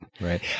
right